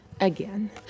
again